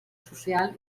social